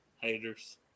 Haters